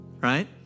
Right